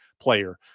player